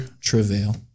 travail